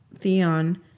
Theon